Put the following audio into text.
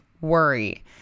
worry